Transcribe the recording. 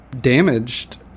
damaged